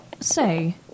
say